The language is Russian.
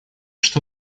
что